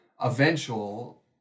eventual